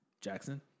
Jackson